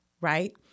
right